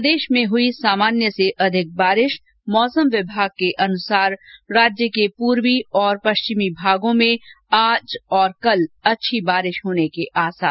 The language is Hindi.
प्रदेश में हुई सामान्य से अधिक बारिश मौसम विभाग के अनुसार राज्य के पूर्वी और पश्चिमी भागों में आज और कल अच्छी बारिश होने के आसार